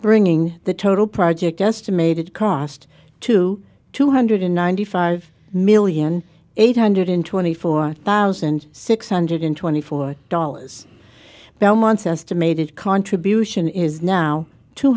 bringing the total project estimated cost to two hundred ninety five million eight hundred twenty four thousand six hundred twenty four dollars belmont's estimated contribution is now two